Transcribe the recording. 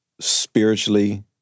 spiritually